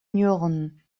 njoggenen